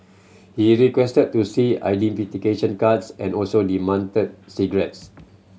he requested to see identification cards and also demanded cigarettes